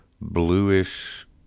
bluish